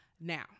now